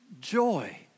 Joy